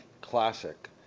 classic